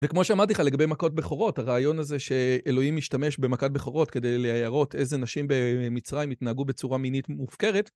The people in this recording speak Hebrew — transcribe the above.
וכמו שאמרתי לך לגבי מכת בכורות, הרעיון הזה שאלוהים משתמש במכת בכורות כדי להראות איזה נשים במצרים התנהגו בצורה מינית מופקרת,